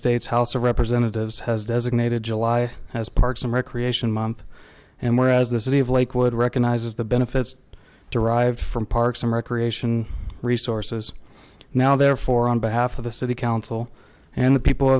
states house of representatives has designated july has parks and recreation month and whereas the city of lakewood recognizes the benefits derived from parks and recreation resources now therefore on behalf of the city council and the people